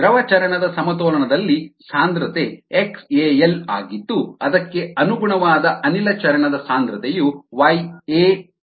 ದ್ರವ ಚರಣ ದ ಸಮತೋಲನದಲ್ಲಿ ಸಾಂದ್ರತೆ xAL ಆಗಿದ್ದು ಅದಕ್ಕೆ ಅನುಗುಣವಾದ ಅನಿಲ ಚರಣ ದ ಸಾಂದ್ರತೆಯು yA ಆಗಿದೆ